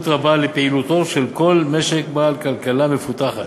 רבה לפעילותו של משק בעל כלכלה מפותחת.